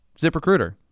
ZipRecruiter